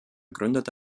gründete